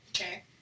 Okay